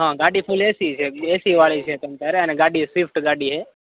હં ગાડી full AC છે એસીવાળી છે તમતમારે અને ગાડી સિફ્ટ ગાડી છે